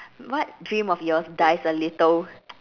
what dream of yours dies a little